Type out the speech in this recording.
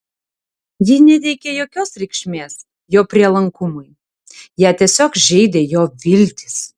ji neteikė jokios reikšmės jo prielankumui ją tiesiog žeidė jo viltys